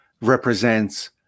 represents